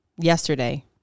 yesterday